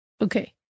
Okay